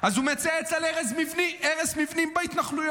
אז הוא מצייץ על הרס מבנים בהתנחלויות.